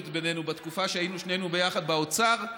בינינו בתקופה שהיינו שנינו ביחד באוצר,